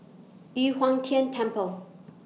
Yu Huang Tian Temple